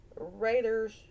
Raiders